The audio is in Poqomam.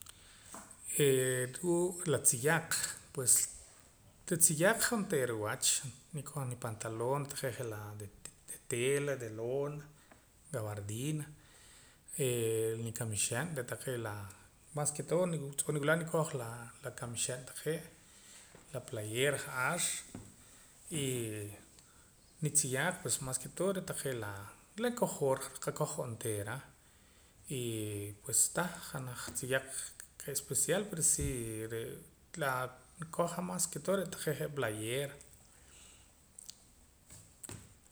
ruu' la tziyaq pues la tziyaq onteera wach nikoj nipantaloon je' taqee' la de tela de lona gabardina nikamixe'n re' taqee' la mas que todo tz'oo' niwila' nikoj la kamixe'n taqee' la playera ja'ar y nitziyaaq mas kee todo re' taqqe' la qakoj hoj onteera y pues tah janaj tziyaq especial pero si re' la nikoj mas que todo re' taqee' je' la playera